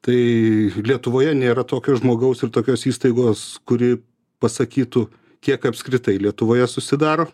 tai lietuvoje nėra tokio žmogaus ir tokios įstaigos kuri pasakytų kiek apskritai lietuvoje susidaro